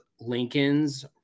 Lincoln's